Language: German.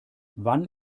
wann